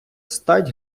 стать